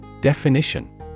Definition